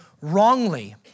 wrongly